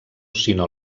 sinó